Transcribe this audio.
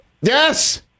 Yes